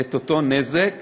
את אותו נזק.